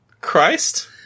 christ